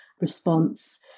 response